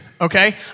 okay